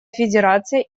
федерация